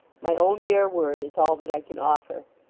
my own bare word is all that i can offer.